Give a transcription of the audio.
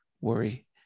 worry